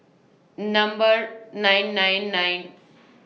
Number nine nine nine